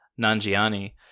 Nanjiani